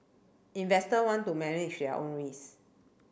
investor want to manage their own risk